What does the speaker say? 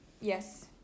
yes